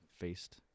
faced